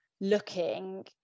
looking